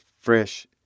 fresh